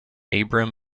abram